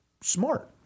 smart